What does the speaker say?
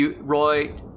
Roy